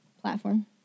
platform